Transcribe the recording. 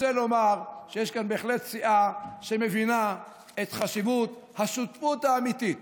רוצה לומר שיש כאן בהחלט סיעה שמבינה את חשיבות השותפות האמיתית